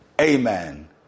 Amen